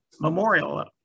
Memorial